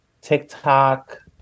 TikTok